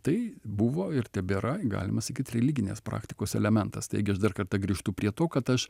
tai buvo ir tebėra galima sakyt religinės praktikos elementas taigi aš dar kartą grįžtu prie to kad aš